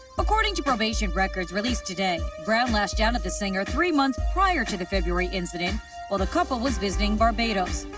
according to probation records released today, brown lashed out at the singer three months prior to the february incident while the couple was visiting barbados.